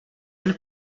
jen